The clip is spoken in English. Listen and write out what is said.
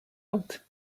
out